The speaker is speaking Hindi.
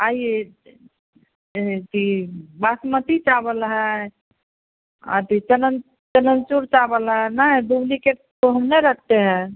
आइए कि बासमती चावल है अथी चनन चनन चूर चावल है नहीं डुप्लिकेट तो हम नहीं रखते हैं